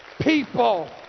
people